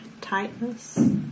tightness